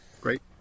great